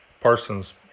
parsons